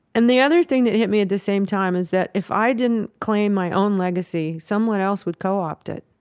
and the other thing that hit me at the same time is that, if i didn't claim my own legacy someone else would co-opt it.